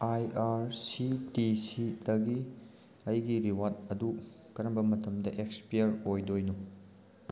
ꯑꯥꯏ R C T C ꯇꯒꯤ ꯑꯩꯒꯤ ꯔꯤꯋꯥꯗ ꯑꯗꯨ ꯀꯔꯝꯕ ꯃꯇꯝꯗ ꯑꯦꯛꯁꯄꯤꯌꯥꯔ ꯑꯣꯏꯗꯣꯏꯅꯣ